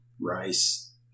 rice